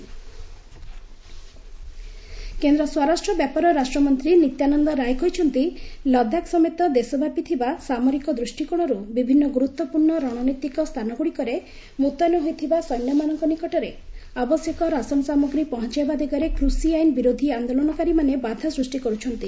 ନିତ୍ୟାନନ୍ଦ ରାୟ କେନ୍ଦ୍ର ସ୍ୱରାଷ୍ଟ୍ର ବ୍ୟାପାର ରାଷ୍ଟ୍ରମନ୍ତ୍ରୀ ନିତ୍ୟାନନ୍ଦ ରାୟ କହିଚ୍ଚନ୍ତି ଲଦାଖ୍ ସମେତ ଦେଶବ୍ୟାପୀ ଥିବା ସାମରିକ ଦୃଷ୍ଟିକୋଣରୁ ବିଭିନ୍ନ ଗୁରୁତ୍ୱପୂର୍ଣ୍ଣ ରଣନୀତିକ ସ୍ଥାନଗୁଡ଼ିକରେ ମୁତୟନ ହୋଇଥିବା ସୈନ୍ୟମାନଙ୍କ ନିକଟରେ ଆବଶ୍ୟକ ରାସନ ସାମଗ୍ରୀ ପହଞ୍ଚାଇବା ଦିଗରେ କୁଷି ଆଇନ ବିରୋଧୀ ଆନ୍ଦୋଳନକାରୀମାନେ ବାଧା ସ୍ନୁଷ୍ଟି କରୁଛନ୍ତି